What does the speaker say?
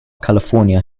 california